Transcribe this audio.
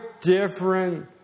different